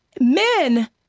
Men